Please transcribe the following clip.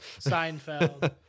Seinfeld